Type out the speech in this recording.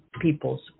people's